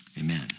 Amen